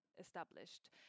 established